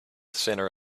center